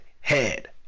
head